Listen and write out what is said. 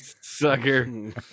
sucker